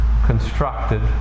constructed